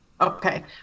Okay